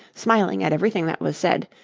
smiling at everything that was said,